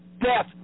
death